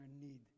need